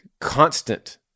constant